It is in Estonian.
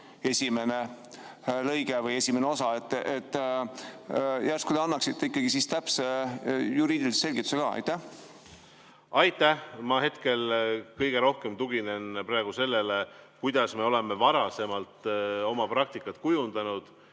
esimene lõige või esimene osa. Järsku te annaksite ikkagi täpse juriidilise selgituse ka? Aitäh! Ma hetkel kõige rohkem tuginen praegu sellele, kuidas me oleme varem oma praktikat kujundanud.